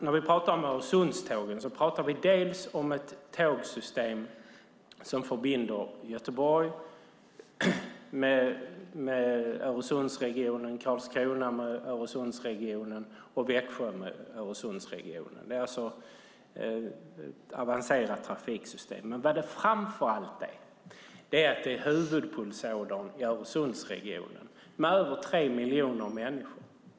När vi talar om Öresundstågen talar vi om ett tågsystem som förbinder Göteborg med Öresundsregionen, Karlskrona med Öresundsregionen och Växjö med Öresundsregionen. Det är ett avancerat trafiksystem. Det är framför allt huvudpulsådern i Öresundsregionen med över tre miljoner människor.